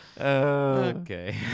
Okay